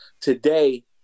today